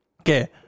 Okay